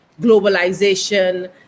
globalization